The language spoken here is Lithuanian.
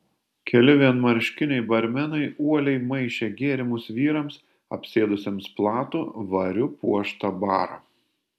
keli vienmarškiniai barmenai uoliai maišė gėrimus vyrams apsėdusiems platų variu puoštą barą